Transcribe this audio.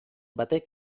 batek